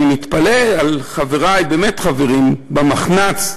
אני מתפלא על חברי, באמת, חברים במחנ"צ.